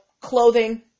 clothing